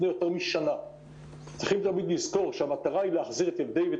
הכנסנו שיחה יומית עם התלמידים כדי